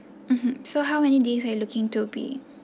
mmhmm so how many days are you looking to be